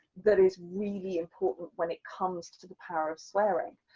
that is really important when it comes to the power of swearing.